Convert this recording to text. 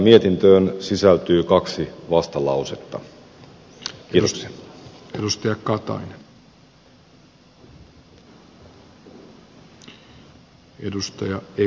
mietintöön sisältyy kaksi vastalausetta